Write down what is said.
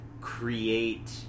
create